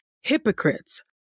Hypocrites